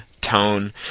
Tone